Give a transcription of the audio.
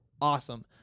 awesome